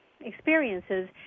Experiences